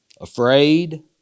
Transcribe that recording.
afraid